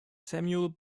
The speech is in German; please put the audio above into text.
samuel